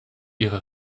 ihre